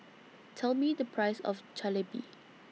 Tell Me The Price of Jalebi